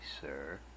sir